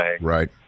Right